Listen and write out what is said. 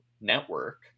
network